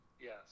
Yes